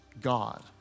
God